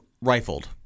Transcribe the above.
rifled